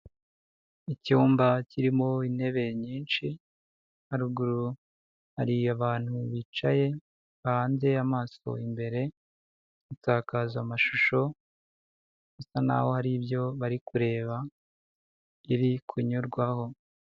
Icyumba kirimo intebe nyinshi haruguru hari abantu bicaye bahanze amaso imbere, insakazamashusho bisa naho hari ibyo bari kureba iri kunyurwaho.